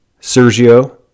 Sergio